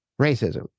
racism